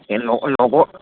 এই ল'ব